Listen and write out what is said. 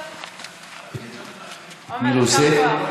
אין נמנעים.